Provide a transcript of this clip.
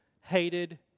hated